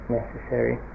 necessary